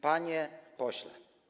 Panie Pośle!